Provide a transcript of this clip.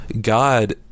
God